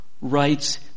writes